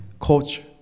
culture